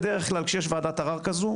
בדרך כלל שיש וועדת ערער כזו,